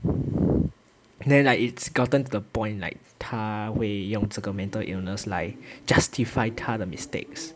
and then like it's gotten to the point like 他会用这个 mental illness 来 justify 他的 mistakes